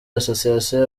association